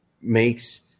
makes